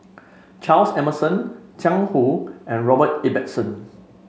Charles Emmerson Jiang Hu and Robert Ibbetson